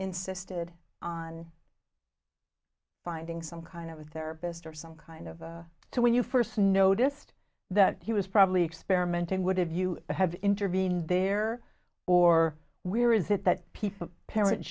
insisted on finding some kind of therapist or some kind of to when you first noticed that he was probably experimenting would have you have intervened there or where is it that people parent